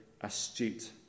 astute